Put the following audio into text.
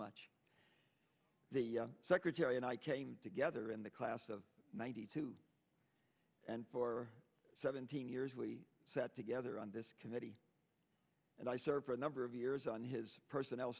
much the secretary and i came together in the class of ninety two and for seventeen years we sat together on this committee and i served for a number of years on his personnel